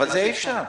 אבל זה לא אפשרי.